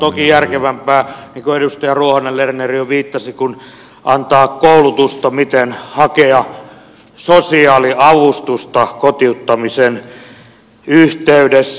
on se toki järkevämpää mihin edustaja ruohonen lerner jo viittasi kuin antaa koulutusta miten hakea sosiaaliavustusta kotiuttamisen yhteydessä